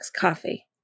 coffee